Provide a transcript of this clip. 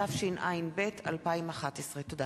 התשע"ב 2011. תודה.